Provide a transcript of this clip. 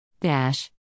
Dash